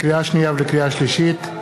לקריאה שנייה ולקריאה שלישית,